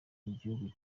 igihugu